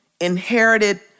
inherited